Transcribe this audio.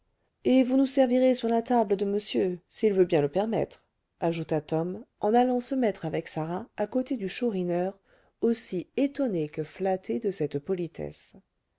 et vous nous servirez sur la table de monsieur s'il veut bien le permettre ajouta tom en allant se mettre avec sarah à côté du chourineur aussi étonné que flatté de cette politesse